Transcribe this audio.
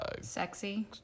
Sexy